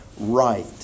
right